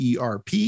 ERP